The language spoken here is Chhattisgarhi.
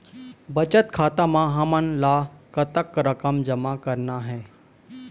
बचत खाता म हमन ला कतक रकम जमा करना हे?